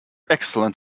excellent